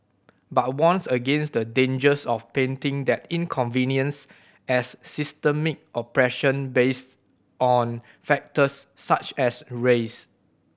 but warns against the dangers of painting that inconvenience as systemic oppression based on factors such as race